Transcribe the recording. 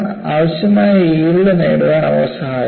ആവശ്യമായ യീൽഡ് നേടാൻ അവ സഹായിക്കുന്നു